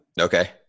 Okay